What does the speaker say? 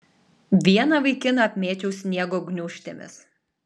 vieną vaikiną apmėčiau sniego gniūžtėmis